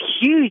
huge